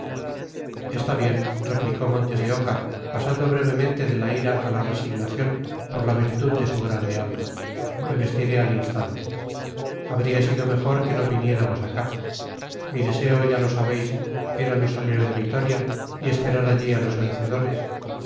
está bien replicó montes de oca pasando brevemente de la ira a la resignación por la virtud de su grande alma me vestiré al instante habría sido mejor que no viniéramos acá mi deseo ya lo sabéis era no salir de vitoria y esperar allí a los vencedores